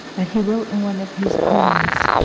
but he wrote in one of his poems